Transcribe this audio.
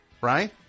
Right